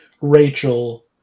Rachel